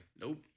Nope